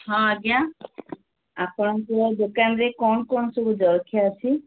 ହଁ ଆଜ୍ଞା ଆପଣଙ୍କ ଦୋକାନରେ କ'ଣ କ'ଣ ସବୁ ଜଳଖିଆ ଅଛି